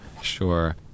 Sure